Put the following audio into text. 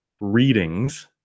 readings